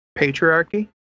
patriarchy